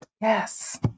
Yes